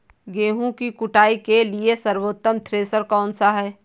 गेहूँ की कुटाई के लिए सर्वोत्तम थ्रेसर कौनसा है?